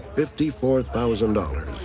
fifty four thousand dollars.